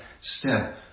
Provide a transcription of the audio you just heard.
step